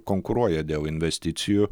konkuruoja dėl investicijų